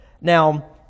Now